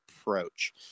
approach